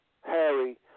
Harry